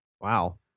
Wow